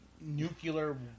nuclear